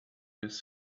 his